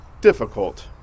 difficult